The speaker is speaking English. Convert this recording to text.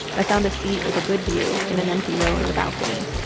i found a seat with a good view in an empty row on the balcony.